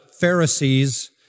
Pharisees